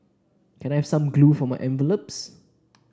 can I have some glue for my envelopes